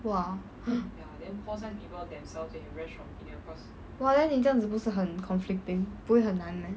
!wah! !wah! then 你这样子不是很 conflicting 不会很难 meh